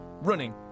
running